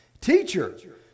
Teacher